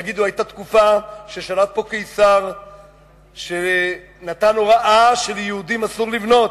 יגידו: היתה תקופה ששלט פה קיסר שנתן הוראה שליהודים אסור לבנות,